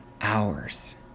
hours